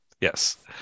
yes